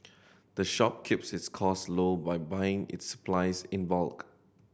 the shop keeps its cost low by buying its supplies in bulk